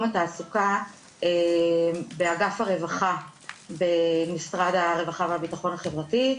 התעסוקה באגף הרווחה במשרד הרווחה והביטחון החברתי,